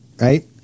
right